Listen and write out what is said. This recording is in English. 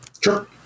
Sure